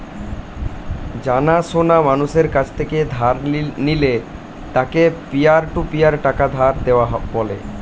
জানা সোনা মানুষের কাছ থেকে ধার নিলে তাকে পিয়ার টু পিয়ার টাকা ধার দেওয়া বলে